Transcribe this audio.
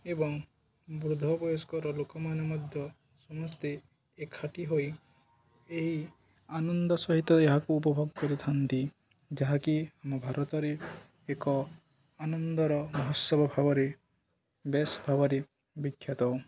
ଏବଂ ବୃଦ୍ଧ ବୟସ୍କର ଲୋକମାନେ ମଧ୍ୟ ସମସ୍ତେ ଏକାଠି ହୋଇ ଏହି ଆନନ୍ଦ ସହିତ ଏହାକୁ ଉପଭୋଗ କରିଥାନ୍ତି ଯାହାକି ଆମ ଭାରତରେ ଏକ ଆନନ୍ଦର ମହୋତ୍ସବ ଭାବରେ ବେଶ ଭାବରେ ବିଖ୍ୟାତ